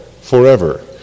forever